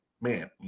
man